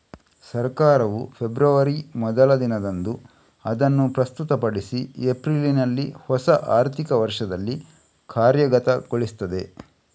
ಸರ್ಕಾರವು ಫೆಬ್ರವರಿ ಮೊದಲ ದಿನದಂದು ಅದನ್ನು ಪ್ರಸ್ತುತಪಡಿಸಿ ಏಪ್ರಿಲಿನಲ್ಲಿ ಹೊಸ ಆರ್ಥಿಕ ವರ್ಷದಲ್ಲಿ ಕಾರ್ಯಗತಗೊಳಿಸ್ತದೆ